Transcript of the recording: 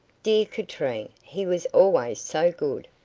dear katrine, he was always so good.